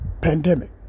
pandemic